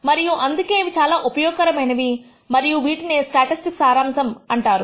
మరియు అందుకే ఇవి చాలా ఉపయోగకరమైనవి మరియు వీటినే స్టాటిస్టిక్స్ సారాంశము అంటారు